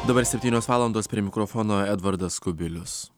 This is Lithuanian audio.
dabar septynios valandos prie mikrofono edvardas kubilius